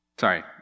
sorry